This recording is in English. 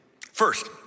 First